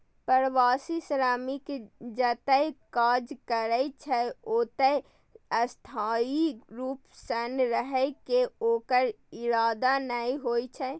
प्रवासी श्रमिक जतय काज करै छै, ओतय स्थायी रूप सं रहै के ओकर इरादा नै होइ छै